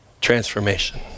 transformation